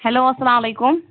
hello اسلام علیکُم